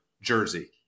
jersey